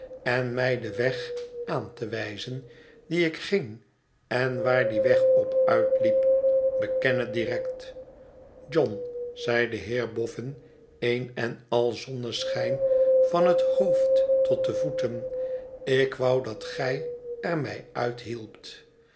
en mij den weg aan te wijzen dien ik ging en waar die weg op uitliep beken het direct john zei de heer boffin eenen al zonneschijn van het hoofd tot de voeten ik wou dat gij er mij